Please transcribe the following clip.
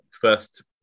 first